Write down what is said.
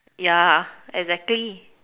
yeah exactly